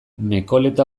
mekoleta